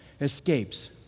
escapes